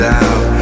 out